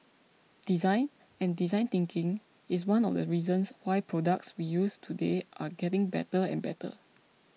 design and design thinking is one of the reasons why products we use today are getting better and better